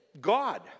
God